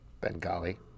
Bengali